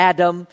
Adam